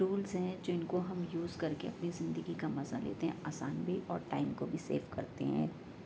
tools ہیں جن کو ہم یوز کر کے زندگی کا مزہ لیتے ہیں آسان بھی اور ٹائم کو بھی سیو کرتے ہیں